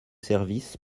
services